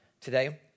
today